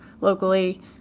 locally